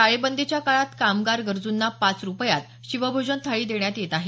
टाळेबंदीच्या काळात कामगार गरज़ंना पाच रुपयात शिव भोजन थाळी देण्यात येत आहे